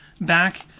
back